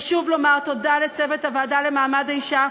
ושוב לומר תודה לצוות הוועדה למעמד האישה,